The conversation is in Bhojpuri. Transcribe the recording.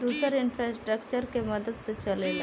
दुसर इन्फ़्रास्ट्रकचर के मदद से चलेला